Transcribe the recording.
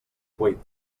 cuit